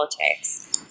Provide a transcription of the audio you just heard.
politics